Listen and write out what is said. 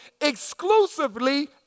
exclusively